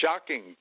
shocking